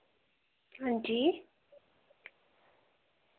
हांजी